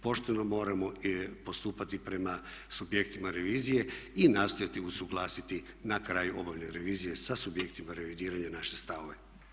Pošteno moramo postupati prema subjektima revizije i nastojati usuglasiti na kraju obavljene revizije sa subjektima revidiranja naše stavove.